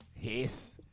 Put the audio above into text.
Yes